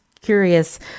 curious